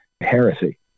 heresy